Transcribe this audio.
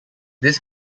this